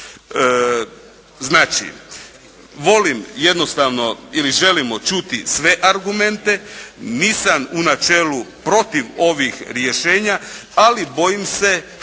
Znači, volim jednostavno ili želimo čuti sve argumente. Nisam u načelu protiv ovih rješenja, ali bojim se prakse